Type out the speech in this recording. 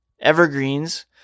evergreens